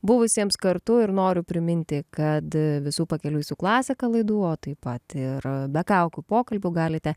buvusiems kartu ir noriu priminti kad visų pakeliui su klasika laiduoti taip pat ir be kaukių pokalbių galite